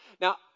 Now